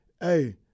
Hey